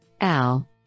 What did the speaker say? AL